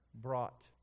brought